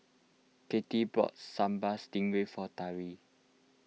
Katelyn bought Sambal Stingray for Tari